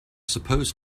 supposed